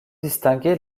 distinguer